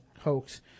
hoax